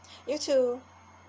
you too